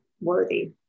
worthy